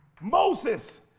Moses